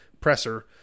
presser